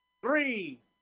Three